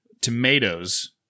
tomatoes